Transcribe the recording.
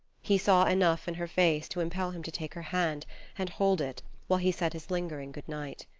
he saw enough in her face to impel him to take her hand and hold it while he said his lingering good night.